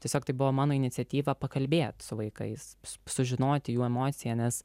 tiesiog tai buvo mano iniciatyva pakalbėt su vaikais sužinoti jų emociją nes